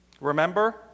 Remember